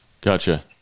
gotcha